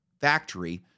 factory